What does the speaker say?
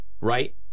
right